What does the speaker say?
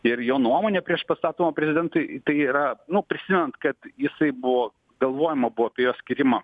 ir jo nuomonė prieš pastatoma prezidentui tai yra nu prisimenant kad jisai buvo galvojama buvo apie jo skyrimą